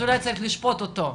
אז אולי צריך לשפוט אותו,